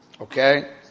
Okay